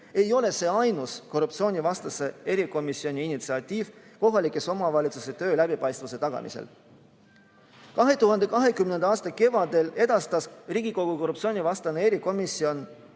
ei ole see ainus korruptsioonivastase erikomisjoni initsiatiiv kohalikes omavalitsustes töö läbipaistvuse tagamisel. 2020. aasta kevadel edastas Riigikogu korruptsioonivastane erikomisjon